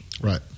Right